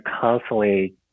constantly